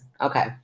Okay